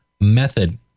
method